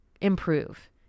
improve